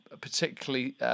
particularly